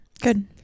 good